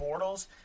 Bortles